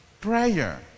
prayer